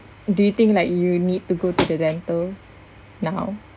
do you think like you need to go to the dental now